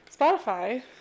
Spotify